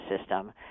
system